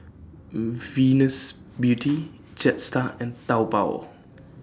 Venus Beauty Jetstar and Taobao